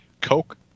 Coke